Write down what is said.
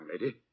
lady